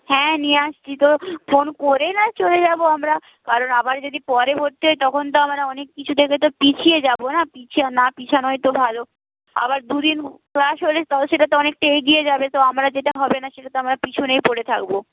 হ্যাঁ নিয়ে আসছি তো ফোন করে না হয় চলে যাব আমরা কারণ আবার যদি পরে ভর্তি হই তখন তো আমরা অনেক কিছু থেকে তো পিছিয়ে যাব না না পিছানোই তো ভালো আবার দুদিন ক্লাস হলে সেটা তো অনেকটা এগিয়ে যাবে তো আমরা যেটা হবে না সেটাতে আমরা পিছনেই পড়ে থাকব